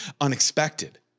unexpected